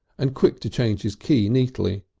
and quick to change his key neatly.